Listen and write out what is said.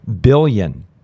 billion